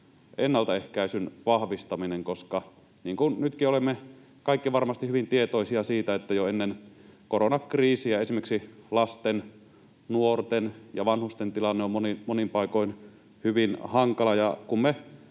ennaltaehkäisyn vahvistaminen, koska nytkin olemme kaikki varmasti hyvin tietoisia siitä, että jo ennen koronakriisiä esimerkiksi lasten, nuorten ja vanhusten tilanne on monin paikoin ollut hyvin hankala.